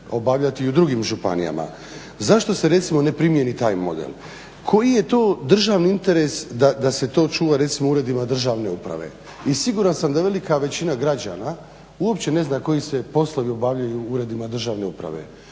obavljati i u drugim županijama. Zašto se recimo ne primjeni taj model? Koji je to državni interes da se to čuva recimo u uredima državne uprave? I siguran sam da velika većina građana uopće ne zna koji se poslovi obavljaju u uredima državne uprave.